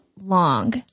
long